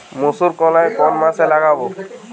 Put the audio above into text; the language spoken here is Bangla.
মুসুরকলাই কোন মাসে লাগাব?